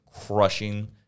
crushing